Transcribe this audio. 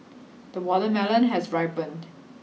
the watermelon has ripened